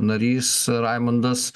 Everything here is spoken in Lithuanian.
narys raimundas